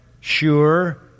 sure